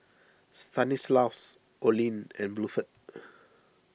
Stanislaus Olene and Bluford